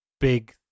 big